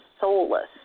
soulless